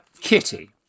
Kitty